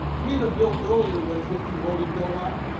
we had a bill earlier that i think you voted no on,